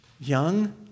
Young